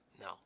No